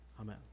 Amen